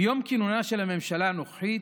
מיום כינונה של הממשלה הנוכחית,